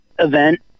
event